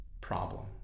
problem